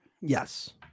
yes